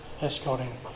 escorting